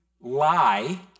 lie